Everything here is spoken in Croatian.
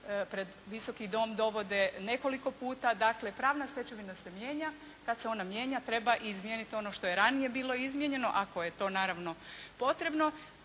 pred Visoki dom dovode nekoliko puta. Dakle pravna stečevina se mijenja, kada se ona mijenja treba izmijeniti ono što je ranije bilo izmijenjeno ako je to naravno potrebno.